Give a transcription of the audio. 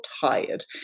tired